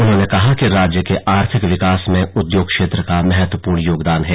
उन्होंने कहा कि राज्य के आर्थिक विकास में उधोग क्षेत्र का महत्वपूर्ण योगदान है